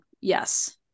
yes